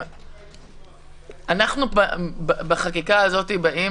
אנחנו בחקיקה הזאת באים